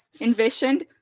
envisioned